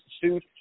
suit